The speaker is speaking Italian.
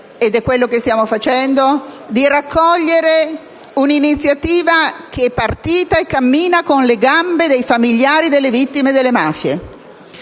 dovere - come stiamo facendo - di raccogliere un'iniziativa che è partita e cammina con le gambe dei familiari delle vittime delle mafie.